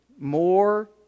More